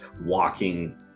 walking